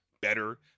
better